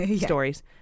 Stories